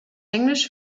englisch